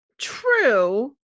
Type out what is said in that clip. True